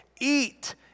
eat